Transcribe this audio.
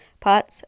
pots